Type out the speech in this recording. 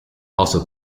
also